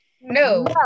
No